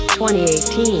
2018